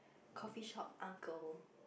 coffeeshop uncle